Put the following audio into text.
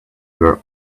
were